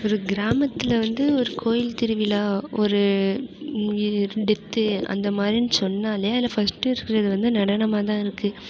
ஒரு கிராமத்தில் வந்து ஒரு கோயில் திருவிழா ஒரு டெத்து அந்த மாதிரின் சொன்னாலே அதில் ஃபஸ்ட்டு இருக்கிறது வந்து நடனமாகதான் இருக்குது